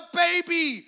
baby